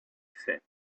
said